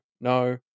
no